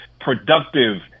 productive